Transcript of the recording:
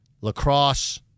lacrosse